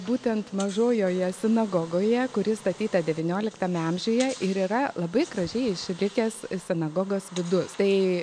būtent mažojoje sinagogoje kuri statyta devynioliktame amžiuje ir yra labai gražiai sulikęs sinagogos vidus tai